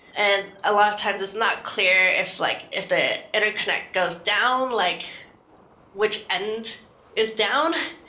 and a lot of times it's not clear if like if the interconnect goes down, like which end is down.